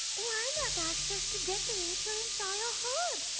why not ask us to decorate your entire herd?